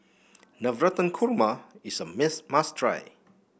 Navratan Korma is a miss must try